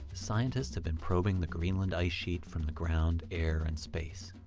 scientists have been probing the greenland ice sheet from the ground, air and space.